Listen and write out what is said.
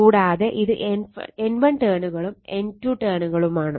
കൂടാതെ ഇത് N1 ടേണുകളും ഇത് N2 ടേണുകളുമാണ്